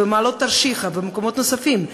במעלות-תרשיחא ובמקומות נוספים,